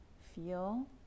feel